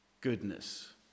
goodness